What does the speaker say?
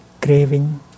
craving